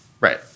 right